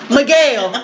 Miguel